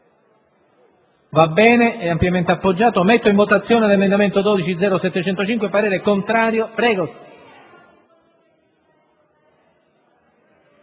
Grazie